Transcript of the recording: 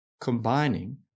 combining